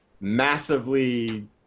massively